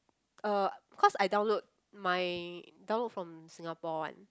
uh cause I download my download from Singapore one